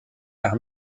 par